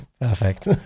Perfect